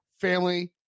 family